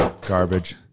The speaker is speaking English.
Garbage